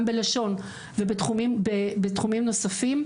גם בלשון ובתחומים נוספים.